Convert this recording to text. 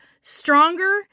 stronger